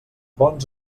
bons